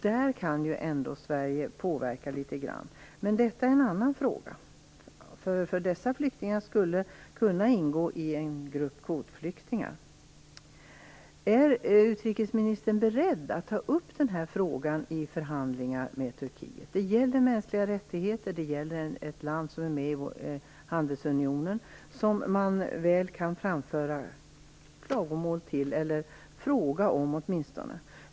Där kan Sverige ändå påverka litet grand. Dessa flyktingar skulle kunna ingå i en grupp kvotflyktingar. Men det är en annan fråga. Är utrikesministern beredd att ta upp den här frågan i förhandlingar med Turkiet? Det gäller mänskliga rättigheter. Det gäller ett land som är med i handelsunionen, som man väl kan framföra klagomål till eller åtminstone ställa frågor till.